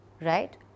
right